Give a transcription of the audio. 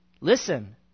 listen